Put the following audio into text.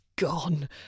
gone